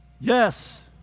Yes